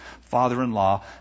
father-in-law